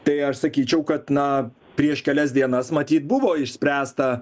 tai aš sakyčiau kad na prieš kelias dienas matyt buvo išspręsta